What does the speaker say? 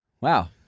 Wow